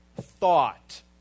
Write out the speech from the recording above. thought